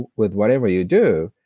with whatever you do,